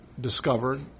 discovered